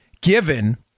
given